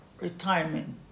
retirement